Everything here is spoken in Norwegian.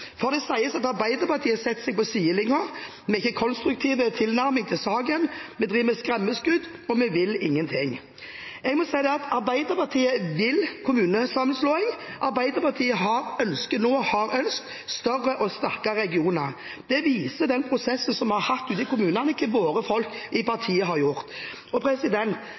sann. Det sies at Arbeiderpartiet setter seg på sidelinjen, at vi ikke har en konstruktiv tilnærming til saken, at vi driver med skremmeskudd, og at vi vil ingenting. Jeg må da si at Arbeiderpartiet vil ha kommunesammenslåing, Arbeiderpartiet ønsker nå, og har ønsket, større og sterkere regioner. Det viser den prosessen som vi har hatt ute i kommunene, og hva våre folk i partiet har gjort.